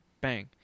bang